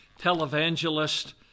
televangelist